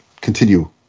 continue